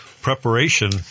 preparation